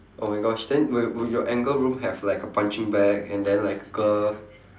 oh my gosh then will y~ will your anger room have like a punching bag and then like a